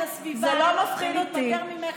זה לא מפחיד אותי.